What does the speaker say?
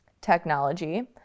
technology